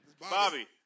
Bobby